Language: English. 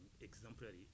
exemplary